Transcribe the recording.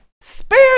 spare